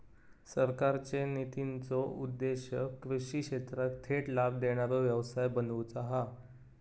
सरकारचे नितींचो उद्देश्य कृषि क्षेत्राक थेट लाभ देणारो व्यवसाय बनवुचा हा